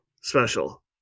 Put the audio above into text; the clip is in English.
special